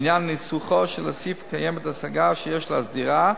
לעניין ניסוחו של הסעיף יש השגה שיש להסדירה,